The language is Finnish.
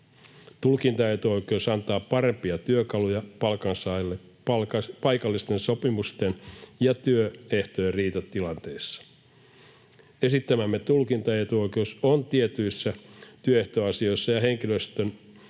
Tulkintaetuoikeus antaa parempia työkaluja palkansaajille paikallisten sopimusten ja työehtojen riitatilanteissa. Esittämämme tulkintaetuoikeus tietyissä työehtoasioissa ja henkilöstön edustus